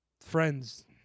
Friends